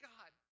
God